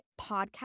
podcast